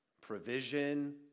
provision